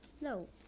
No